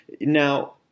Now